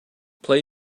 play